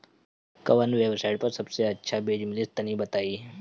कवन वेबसाइट पर सबसे अच्छा बीज मिली तनि बताई?